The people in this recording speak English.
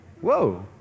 Whoa